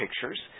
pictures